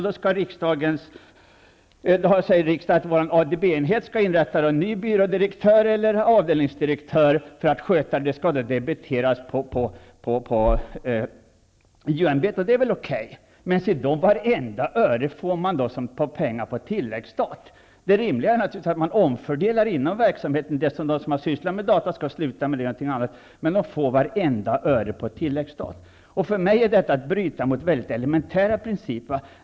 Då säger riksdagen att ADB-enheten skall inrätta en ny byrådirektörs eller avdelningsdirektörstjänst. Detta skall debiteras JO-ämbetet, och det är väl okej. Men vartenda öre får man på tilläggsstat. Det rimliga är naturligtvis att omfördela inom verksamheten. De som har sysslat med data får göra någonting annat. Men, som sagt, man får vartenda öre på tilläggsstat. Jag menar att man därmed handlar i strid med väldigt elementära principer.